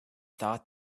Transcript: thought